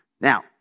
Now